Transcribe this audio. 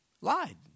lied